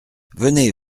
venez